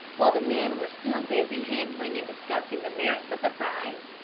while the men were still busy handling and discussing the merits of the prize,